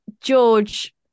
George